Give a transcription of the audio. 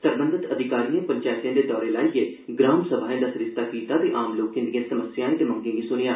सरबंधत अधिकारिए पंचैतें दे दौरे लाइयै ग्राम सभाएं दा सरिस्ता कीता ते आम लोकें दिएं समस्याएं ते मंगे गी सुनेआ